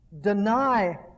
deny